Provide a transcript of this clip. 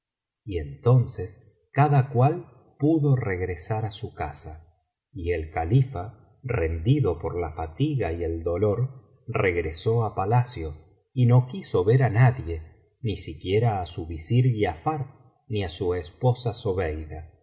y entonces cada cual pudo regresar á su casa y el calila rendido por la fatiga y el dolor regresó á palacio y no quiso ver á nadie ni siquiera á su visir griafar ni á su esposa zobeida